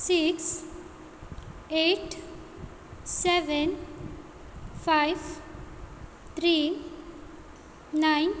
six eight seven five three nine